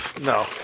No